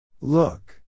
Look